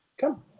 Come